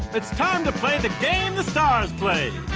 it's time to play the game the stars play.